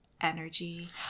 energy